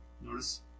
notice